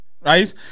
Right